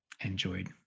enjoyed